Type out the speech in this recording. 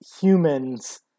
humans